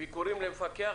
של מרכז המחקר של הכנסת.